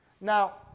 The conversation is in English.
Now